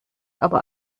aber